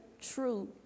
true